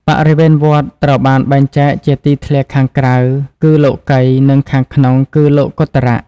បរិវេណវត្ត ត្រូវបានបែងចែកជាទីធ្លាខាងក្រៅ គឺលោកិយ និងខាងក្នុង គឺលោកុត្តរៈ។